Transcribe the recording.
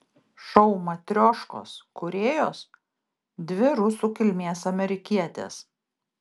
šou matrioškos kūrėjos dvi rusų kilmės amerikietės